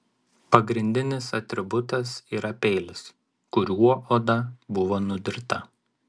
pagrindinis atributas yra peilis kuriuo oda buvo nudirta